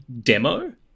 demo